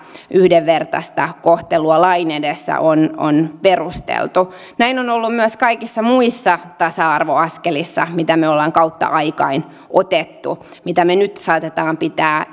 yhdenvertaista kohtelua lain edessä on on perusteltu näin on ollut myös kaikissa muissa tasa arvoaskelissa joita me olemme kautta aikain ottaneet joita me nyt saatamme pitää